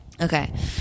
Okay